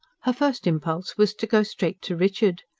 her first impulse was to go straight to richard.